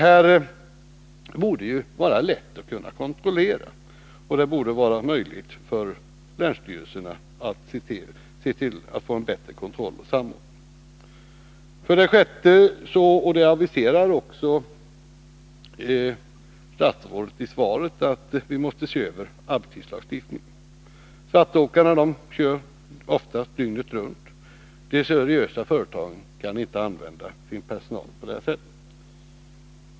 Detta borde det vara lätt att kontrollera, och det borde vara möjligt för länsstyrelserna att se till att få en bättre kontroll. För det sjätte måste vi — och det aviserar också statsrådet i svaret — se över arbetstidslagstiftningen. Svartåkarna kör ofta dygnet runt. De seriösa företagen kan inte använda sin personal på det sättet.